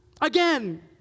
again